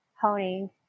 honing